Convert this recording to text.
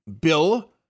Bill